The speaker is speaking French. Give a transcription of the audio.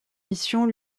missions